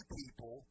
people